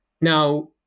Now